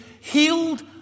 healed